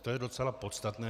To je docela podstatné.